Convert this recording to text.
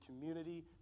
community